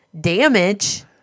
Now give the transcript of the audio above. damage